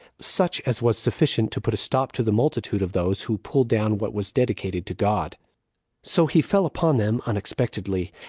such as was sufficient to put a stop to the multitude of those who pulled down what was dedicated to god so he fell upon them unexpectedly,